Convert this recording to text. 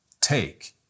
Take